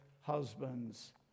husbands